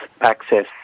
access